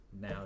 Now